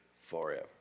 forever